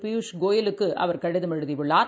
பியூஷ் கோயலுக்குஅவர் கடிதம் எழுதியுள்ளார்